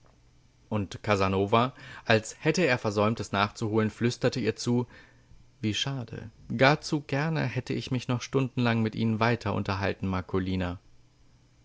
und casanova als hätte er versäumtes nachzuholen flüsterte ihr zu wie schade gar zu gerne hätte ich mich noch stundenlang mit ihnen weiter unterhalten